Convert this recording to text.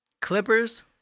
Clippers